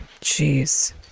jeez